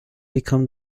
become